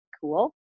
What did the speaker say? cool